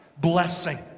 blessing